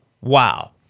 Wow